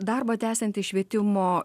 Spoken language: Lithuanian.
darbą tęsiantis švietimo